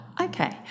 Okay